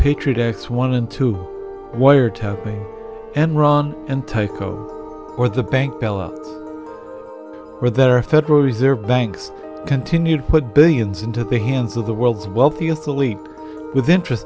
patriot acts one and two wiretapping enron and tyco or the bank bla where there are federal reserve banks continue to put billions into the hands of the world's wealthiest elite with interest